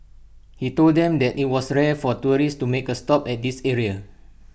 he told them that IT was rare for tourists to make A stop at this area